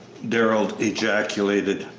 darrell ejaculated.